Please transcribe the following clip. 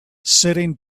sitting